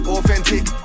authentic